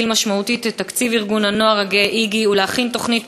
משמעותית את תקציב ארגון הנוער הגאה 'איגי' ולהכין תוכנית